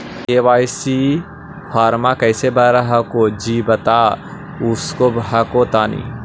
KYC फॉर्मा कैसे भरा हको जी बता उसको हको तानी?